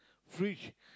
fridge